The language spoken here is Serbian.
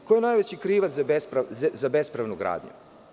Ko je najveći krivac za bespravnu gradnju?